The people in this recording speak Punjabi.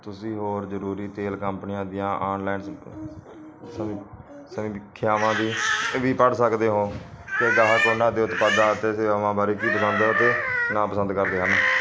ਤੁਸੀਂ ਹੋਰ ਜ਼ਰੂਰੀ ਤੇਲ ਕੰਪਨੀਆਂ ਦੀਆਂ ਔਨਲਾਈਨ ਸ ਸਮੀ ਸਮੀਖਿਆਵਾਂ ਵੀ ਇਹ ਵੀ ਪੜ੍ਹ ਸਕਦੇ ਹੋ ਕਿ ਉਹ ਗਾਹਕ ਉਨ੍ਹਾਂ ਦੇ ਉਤਪਾਦਾਂ ਅਤੇ ਸੇਵਾਵਾਂ ਬਾਰੇ ਕੀ ਪਸੰਦ ਅਤੇ ਨਾਪਸੰਦ ਕਰਦੇ ਹਨ